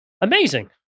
Amazing